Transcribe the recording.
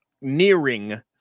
nearing